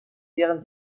wären